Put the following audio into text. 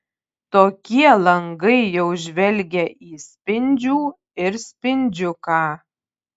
tokie langai jau žvelgia į spindžių ir spindžiuką